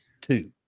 two